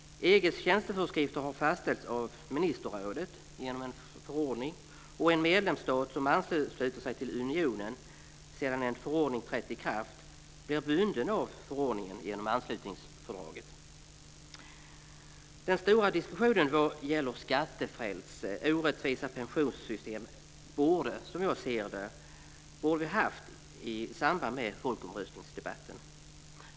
EG:s tjänsteföreskrifter har fastställts av ministerrådet genom en förordning. En medlemsstat som ansluter sig till unionen sedan en förordning har trätt i kraft blir bunden av förordningen genom anslutningsfördraget. Den stora diskussionen vad gäller skattefrälse och orättvisa pensionssystem borde, som jag ser det, ha förts i samband med folkomröstningsdebatten.